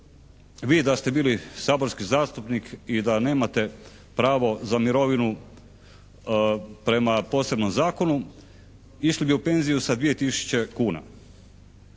vi da ste bili saborski zastupnik i da nemate pravo za mirovinu prema posebnom zakonu išli bi u penziju sa 2000 kuna.